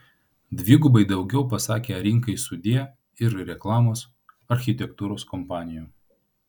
dvigubai daugiau pasakė rinkai sudie ir reklamos architektūros kompanijų